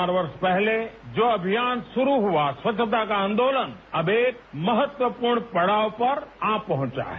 चार वर्ष पहले जो अभियान शुरू हुआ स्वच्छता का आन्दोलन अब एक महत्वपूर्ण पड़ाव पर आ पहुंचा है